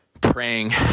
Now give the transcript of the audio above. praying